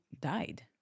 died